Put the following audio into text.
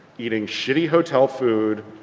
eating shitty hotel food,